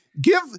give